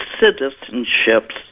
citizenships